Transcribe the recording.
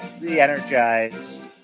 re-energize